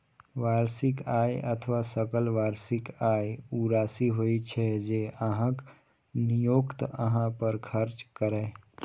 वार्षिक आय अथवा सकल वार्षिक आय ऊ राशि होइ छै, जे अहांक नियोक्ता अहां पर खर्च करैए